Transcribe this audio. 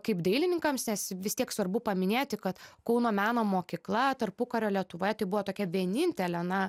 kaip dailininkams nes vis tiek svarbu paminėti kad kauno meno mokykla tarpukario lietuvoje tai buvo tokia vienintelė na